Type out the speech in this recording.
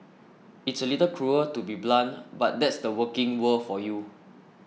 it's a little cruel to be so blunt but that's the working world for you